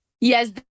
Yes